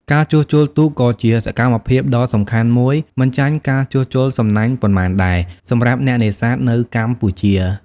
ការជួសជុលទូកក៏ជាសកម្មភាពដ៏សំខាន់មួយមិនចាញ់ការជួសជុលសំណាញ់ប៉ុន្មានដែរ សម្រាប់អ្នកនេសាទនៅកម្ពុជា។